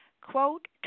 quote